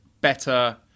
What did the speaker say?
better